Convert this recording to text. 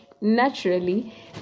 naturally